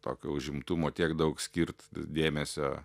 tokio užimtumo tiek daug skirt dėmesio